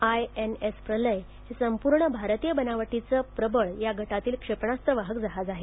INS Pralay हे संपूर्ण भारतीय बनावटीचे प्रबळ या गटातील क्षेपणास्त्र वाहक जहाज आहे